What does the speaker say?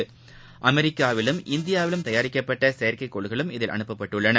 இதில் அமெரிக்காவிலும் இந்தியாவிலும் தயாரிக்கப்பட்ட செயற்கைக்கோள்களும் அனுப்பப்பட்டுள்ளன